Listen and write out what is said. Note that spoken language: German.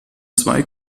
zwei